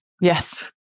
Yes